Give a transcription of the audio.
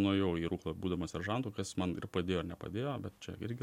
nuėjau į ruklą būdamas seržantu kas man ir padėjo ir nepadėjo bet čia irgi